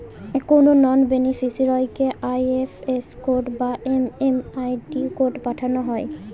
কোনো নন বেনিফিসিরইকে IFS code বা এম.এম.আই.ডি কোড পাঠানো হয়